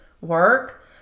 work